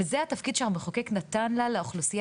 זה התפקיד שהמחוקק נתן לה לאוכלוסייה